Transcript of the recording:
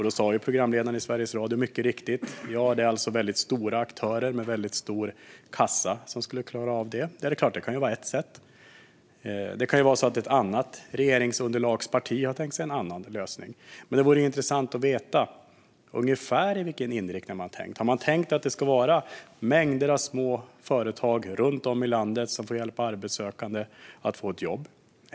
Då sa programledaren i Sveriges Radio mycket riktigt att det är väldigt stora aktörer med väldigt stor kassa som skulle klara av det. Det kan vara ett sätt. Det kan ju också vara så att ett annat regeringsunderlagsparti har tänkt sig en annan lösning. Men det vore intressant att veta ungefär vilken inriktning man har tänkt sig. Har man tänkt att det ska vara mängder av små företag runt om i landet som får hjälpa arbetssökande att få ett jobb?